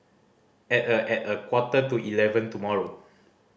at a at a quarter to eleven tomorrow